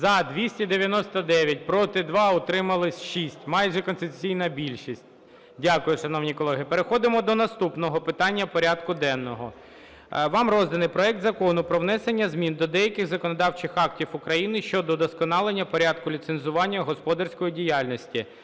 За-299 Проти – 2, утримались – 6. Майже конституційна більшість. Дякую, шановні колеги. Переходимо до наступного питання порядку денного. Вам розданий проект Закону про внесення змін до деяких законодавчих актів України щодо удосконалення порядку ліцензування господарської діяльності